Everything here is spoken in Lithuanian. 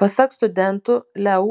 pasak studentų leu